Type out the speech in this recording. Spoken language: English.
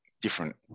different